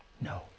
no